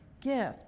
gift